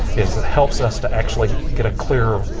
is it helps us to actually get a clearer,